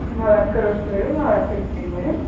మా వర్కర్ వస్తాడు మా వర్కర్కి ఇవ్వండి మేడం